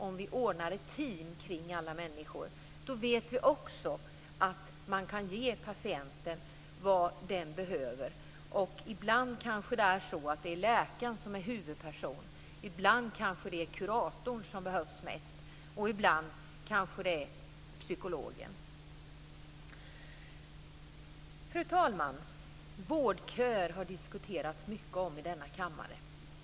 Om vi ordnar ett team kring alla människor, vet vi också att man kan ge patienten vad den behöver. Ibland är det kanske läkaren som är huvudperson, ibland kanske det är kuratorn som behövs mest och ibland kanske det är psykologen. Fru talman! Vårdköer har diskuterats mycket här i kammaren.